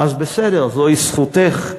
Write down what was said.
אז בסדר, זוהי זכותך.